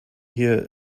hier